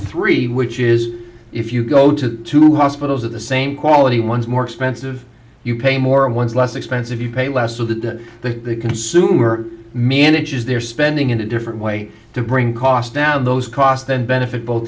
three which is if you go to two hospitals at the same quality ones more expensive you pay more ones less expensive you pay less so that the consumer manages their spending in a different way to bring costs down those cost and benefit both